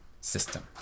system